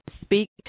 Speak